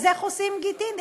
אז איך עושים גטין?